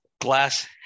glass